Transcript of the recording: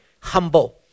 humble